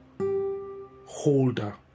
holder